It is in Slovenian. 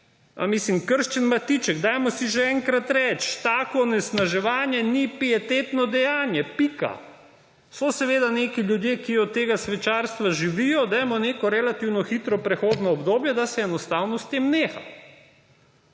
– mislim, krščen matiček, dajmo si že enkrat reči, tako onesnaževanje ni pietetno dejanje. Pika. So seveda neki ljudje, ki od tega svečarstva živijo, dajmo neko relativno hitro prehodno obdobje, da se enostavno s tem neha.